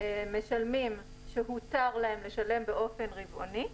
משלמים שהותר להם לשלם באופן רבעוני,